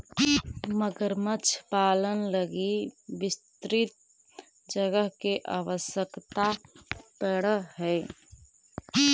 मगरमच्छ पालन लगी विस्तृत जगह के आवश्यकता पड़ऽ हइ